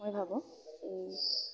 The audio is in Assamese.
মই ভাবোঁ